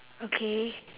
okay